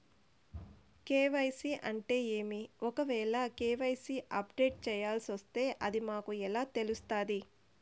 KYC అంటే ఏమి? ఒకవేల కె.వై.సి అప్డేట్ చేయాల్సొస్తే అది మాకు ఎలా తెలుస్తాది?